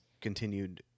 continued